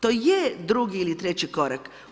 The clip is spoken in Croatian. To je drugi ili treći korak.